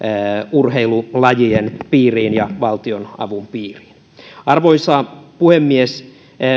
urheilulajien piiriin ja valtionavun piiriin arvoisa puhemies